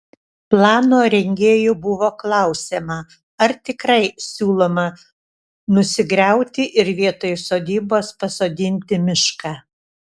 plano rengėjų buvo klausiama ar tikrai siūloma nusigriauti ir vietoj sodybos pasodinti mišką